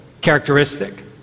characteristic